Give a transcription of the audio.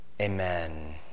Amen